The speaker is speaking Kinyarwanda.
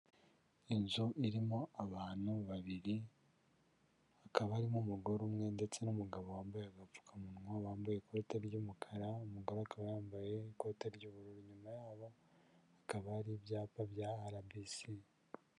Inzu irimo abantu babiri hakaba harimo umugore umwe ndetse n'umugabo wambaye agapfukamunwa wambaye ikoti ry'umukara, umugore akaba yambaye ikote ry'ubururu, inyuma yabo hakaba hari ibyapa bya rbc.